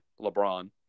LeBron